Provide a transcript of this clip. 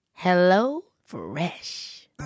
HelloFresh